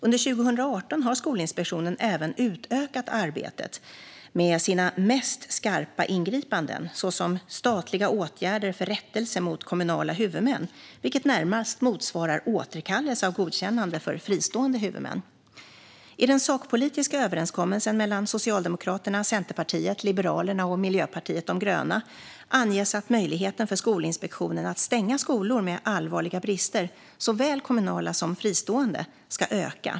Under 2018 har Skolinspektionen även utökat arbetet med sina mest skarpa ingripanden, såsom statliga åtgärder för rättelse mot kommunala huvudmän, vilket närmast motsvarar återkallelse av godkännande för fristående huvudmän. I den sakpolitiska överenskommelsen mellan Socialdemokraterna, Centerpartiet, Liberalerna och Miljöpartiet de gröna anges att möjligheten för Skolinspektionen att stänga skolor med allvarliga brister, såväl kommunala som fristående, ska öka.